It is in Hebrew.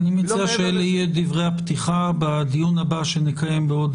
אני מציע שאלה יהיו דברי הפתיחה בדיון הבא שנקיים בעוד